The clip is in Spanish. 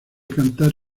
cantar